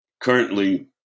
currently